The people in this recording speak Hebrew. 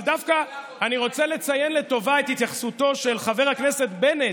אבל דווקא אני רוצה לציין לטובה את התייחסותו של חבר הכנסת בנט.